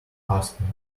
asking